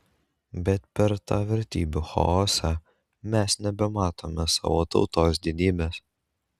bet per tą vertybių chaosą mes nebematome savo tautos didybės